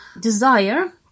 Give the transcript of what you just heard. desire